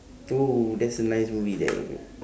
oh that's a nice movie there